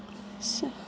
अच्छा